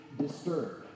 disturbed